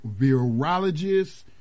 virologist